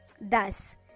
Thus